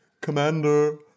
Commander